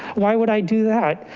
why would i do that,